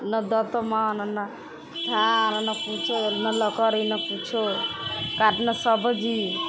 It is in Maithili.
नहि दतमन नहि धार नहि किछु नहि लकड़ी नहि किछु काटना सब्जी